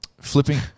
flipping